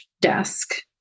desk